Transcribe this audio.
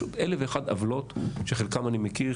יש עוד אלף ואחת עוולות שחלקן אני מכיר,